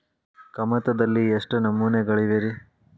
ಕಮತದಲ್ಲಿ ಎಷ್ಟು ನಮೂನೆಗಳಿವೆ ರಿ?